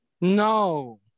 No